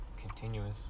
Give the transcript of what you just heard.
Continuous